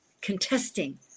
contesting